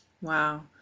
Wow